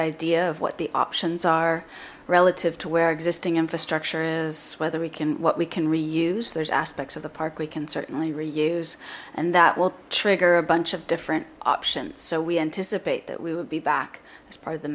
idea of what the options are relative to where existing infrastructure is whether we can what we can reuse there's aspects of the park we can certainly reuse and that will trigger a bunch of different options so we anticipate that we would be back as part of the